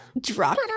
drop